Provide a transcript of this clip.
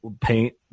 paint